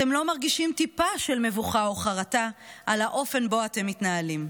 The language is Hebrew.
אתם לא מרגישים טיפה של מבוכה או חרטה על האופן שבו אתם מתנהלים.